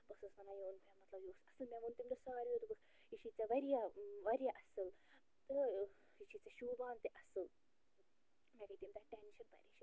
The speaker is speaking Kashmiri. بہٕ ٲسٕس وَنان یہِ اوٚن مےٚ مطلب یہِ اوس اَصٕل مےٚ ووٚن تَمہِ دۄہ سارِویو دوٚپُکھ یہِ چھُے ژےٚ واریاہ واریاہ اَصٕل تہٕ یہِ چھُے ژےٚ شوٗبان تہِ اَصٕل مےٚ گٔے تَمہِ دۅہ ٹٮ۪نشَن پریشٲنی